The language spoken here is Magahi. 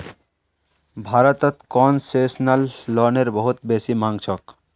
भारतत कोन्सेसनल लोनेर बहुत बेसी मांग छोक